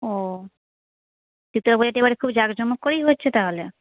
ও শীতলা পুজোটা এবারে খুব জাঁকজমক করেই হচ্ছে তাহলে